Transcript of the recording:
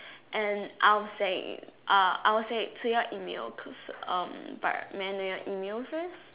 and I will say uh I will say clear email cause um by right may I know your email first